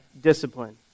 discipline